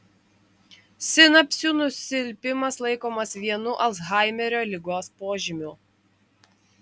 sinapsių nusilpimas laikomas vienu alzhaimerio ligos požymių